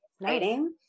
exciting